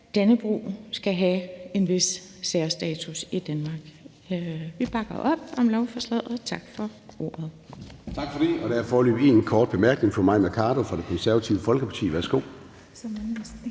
Dannebrog skal have en vis særstatus i Danmark. Vi bakker op om lovforslaget. Tak for ordet.